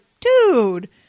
dude